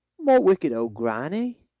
my wicked old grannie,